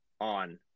on